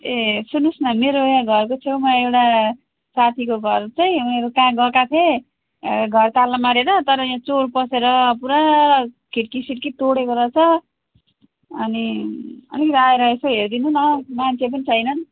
ए सुन्नुहोस् न मेरो यहाँ घरको छेउमा एउटा साथीको घर चाहिँ उनीहरू कहाँ गएका थिए घर ताला मारेर तर यहाँ चोर पसेर पुरा खिड्की सिड्की तोडेको रहेछ अनि अलिक आएर यसो हेरिदिनु न मान्छे पनि छैनन्